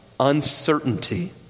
uncertainty